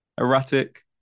erratic